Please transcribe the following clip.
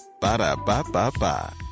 Ba-da-ba-ba-ba